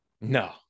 No